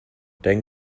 dein